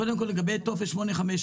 קודם כול, לגבי טופס 857,